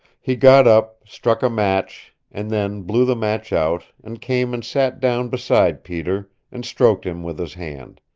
he got up, struck a match and then blew the match out, and came and sat down beside peter, and stroked him with his hand.